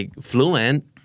fluent